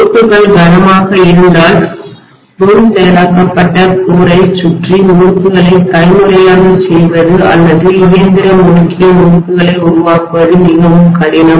முறுக்குகள் கனமாக இருந்தால் முன் செயலாக்கப்பட்ட கோரை மையத்தைச் சுற்றி முறுக்குகளை கைமுறையாக செய்வது அல்லது இயந்திரம் முறுக்கிய முறுக்குகளை உருவாக்குவது மிகவும் கடினம்